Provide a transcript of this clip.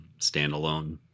standalone